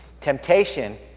Temptation